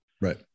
Right